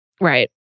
Right